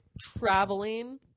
traveling